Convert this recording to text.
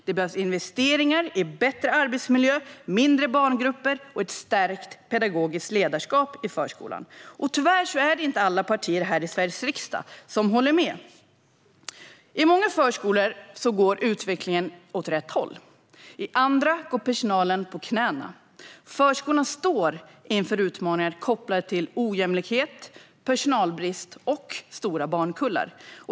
Det behövs investeringar i bättre arbetsmiljö, mindre barngrupper och ett stärkt pedagogiskt ledarskap i förskolan. Tyvärr är det inte alla partier här i Sveriges riksdag som håller med. I många förskolor går utvecklingen åt rätt håll; i andra förskolor går personalen på knäna. Förskolan står inför utmaningar kopplade till ojämlikhet, personalbrist och stora barnkullar.